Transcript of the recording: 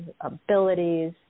abilities